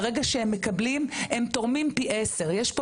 ברגע שהם מקבלים הם תורמים פי 10. יש פה